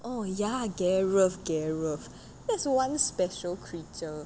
oh ya gareth gareth that's one special creature